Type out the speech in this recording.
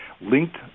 linked